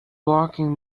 blocking